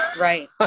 Right